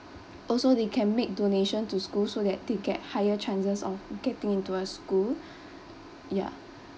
also they can make donation to school so that they get higher chances of getting into a school ya